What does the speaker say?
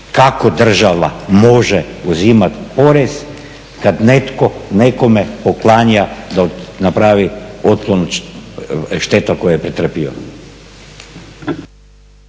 Kako država može uzimati porez kada netko nekome poklanja da napravi otklon šteta koju je pretrpio?